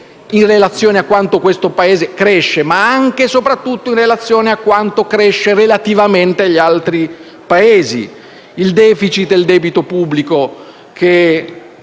Grazie